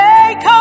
Take